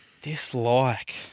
Dislike